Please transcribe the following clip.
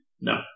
No